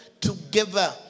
together